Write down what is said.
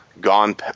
gone